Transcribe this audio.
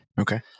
Okay